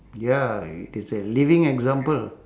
ya it is a living example